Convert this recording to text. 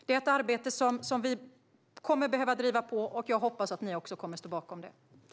Det är ett arbete som vi kommer att behöva driva på, och jag hoppas att ni också kommer att stå bakom det.